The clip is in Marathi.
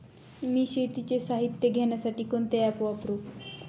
मी शेतीचे साहित्य घेण्यासाठी कोणते ॲप वापरु?